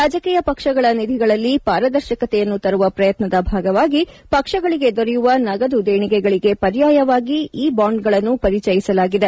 ರಾಜಕೀಯ ಪಕ್ಷಗಳ ನಿಧಿಗಳಲ್ಲಿ ಪಾರದರ್ಶಕತೆಯನ್ನು ತರುವ ಪ್ರಯತ್ನದ ಭಾಗವಾಗಿ ಪಕ್ಷಗಳಿಗೆ ದೊರೆಯುವ ನಗದು ದೇಣಿಗೆಳಿಗೆ ಪರ್ಯಾಯವಾಗಿ ಈ ಬಾಂಡ್ಗಳನ್ನು ಪರಿಚಯಿಸಲಾಗಿದೆ